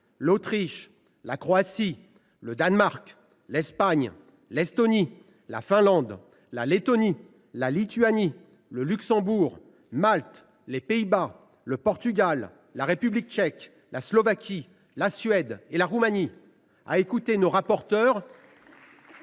l’Autriche, la Croatie, le Danemark, l’Espagne, l’Estonie, la Finlande, la Lettonie, la Lituanie, le Luxembourg, Malte, les Pays Bas, le Portugal, la République tchèque, la Slovaquie, la Suède et la Roumanie. À écouter nos rapporteurs,